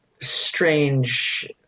strange